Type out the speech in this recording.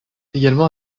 également